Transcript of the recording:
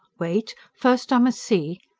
wait! first i must see.